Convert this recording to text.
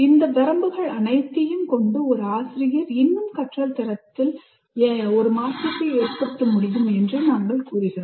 இந்த வரம்புகள் அனைத்தையும் கொண்டு ஒரு ஆசிரியர் இன்னும் கற்றல் தரத்தில் ஒரு மாற்றத்தை ஏற்படுத்த முடியும் என்று நாங்கள் கூறுகிறோம்